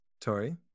Tori